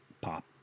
Pop